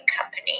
company